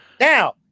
Now